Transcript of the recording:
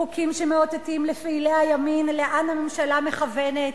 חוקים שמאותתים לפעילי הימין לאן הממשלה מכוונת,